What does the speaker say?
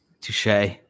Touche